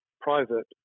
private